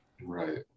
Right